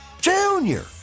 Junior